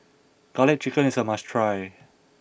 Garlic Chicken is a must try